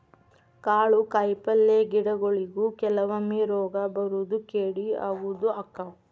ಕಾಳು ಕಾಯಿಪಲ್ಲೆ ಗಿಡಗೊಳಿಗು ಕೆಲವೊಮ್ಮೆ ರೋಗಾ ಬರುದು ಕೇಡಿ ಆಗುದು ಅಕ್ಕಾವ